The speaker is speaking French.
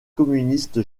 communiste